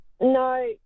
No